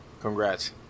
Congrats